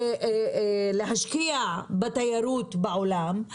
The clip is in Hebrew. ולהשקיע בתיירות העולם,